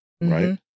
right